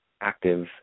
active